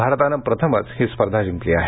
भारतान प्रथमच ही स्पर्धा जिंकली आहे